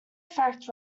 fact